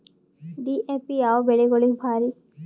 DAP ಯಾವ ಬೆಳಿಗೊಳಿಗ ಭಾರಿ?